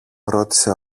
ρώτησε